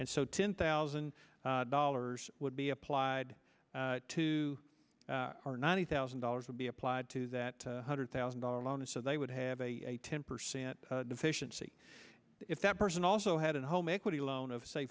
and so ten thousand dollars would be applied to our ninety thousand dollars would be applied to that one hundred thousand dollars loan so they would have a ten percent deficiency if that person also had a home equity loan of say